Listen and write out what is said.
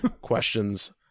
questions